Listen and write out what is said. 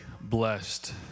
blessed